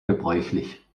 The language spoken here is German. gebräuchlich